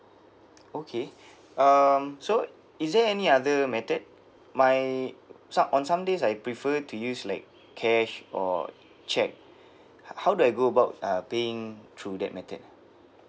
okay um so is there any other method my some on some days I prefer to use like cash or cheque h~ how do I go about uh paying through that method